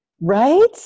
right